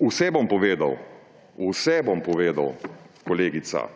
vse bom povedal, kolegica.